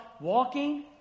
walking